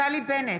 נפתלי בנט,